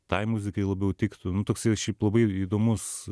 tai muzikai labiau tiktų nu toks jau šiaip labai įdomus